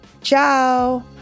ciao